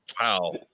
Wow